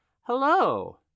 hello